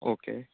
okay हा